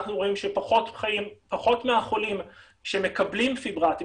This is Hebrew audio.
אנחנו רואים שפחות מהחולים שמקבלים פיברטים,